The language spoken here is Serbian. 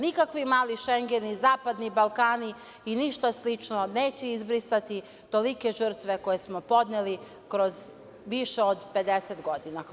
Nikakvi mali „Šengeni“, zapadni Balkani i ništa slično neće izbrisati tolike žrtve koje smo podneli kroz više od 50 godina.